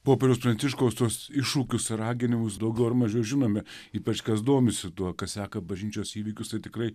popiežiaus pranciškaus tuos iššūkius raginimus daugiau ar mažiau žinome ypač kas domisi tuo kas seka bažnyčios įvykius tikrai